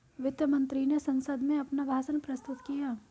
वित्त मंत्री ने संसद में अपना भाषण प्रस्तुत किया